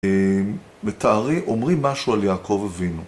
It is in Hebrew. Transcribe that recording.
מתארים... אומרים משהו על יעקב אבינו.